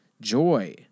joy